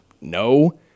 No